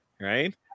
right